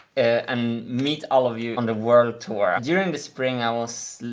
and meet all of you on the world tour. during the spring, i was.